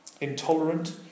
Intolerant